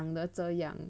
你长得这样